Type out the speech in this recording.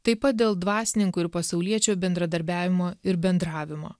taip pat dėl dvasininkų ir pasauliečių bendradarbiavimo ir bendravimo